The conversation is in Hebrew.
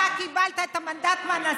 אתה קיבלת את המנדט מהנשיא,